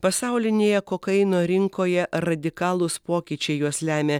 pasaulinėje kokaino rinkoje radikalūs pokyčiai juos lemia